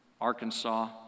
Arkansas